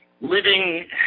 living